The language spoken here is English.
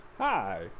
Hi